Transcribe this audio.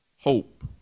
hope